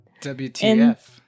WTF